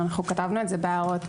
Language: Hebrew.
וכתבנו את זה בהערות.